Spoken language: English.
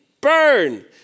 burn